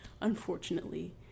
unfortunately